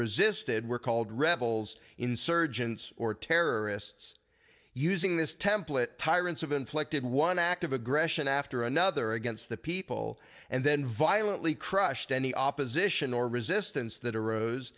resisted were called rebels insurgents or terrorists using this template tyrants have inflicted one act of aggression after another against the people and then violently crushed any opposition or resistance that arose